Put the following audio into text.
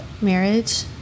marriage